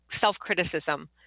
self-criticism